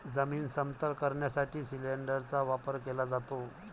जमीन समतल करण्यासाठी सिलिंडरचा वापर केला जातो